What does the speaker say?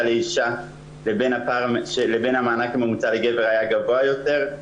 לאישה לבין המענק הממוצע לגבר היה גבוה יותר.